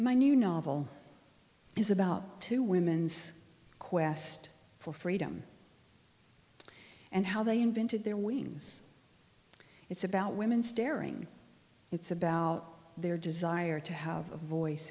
my new novel is about two women's quest for freedom and how they invented their wings it's about women staring it's about their desire to have a voice